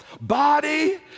body